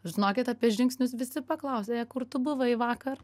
žinokit apie žingsnius visi paklausė ė kur tu buvai vakar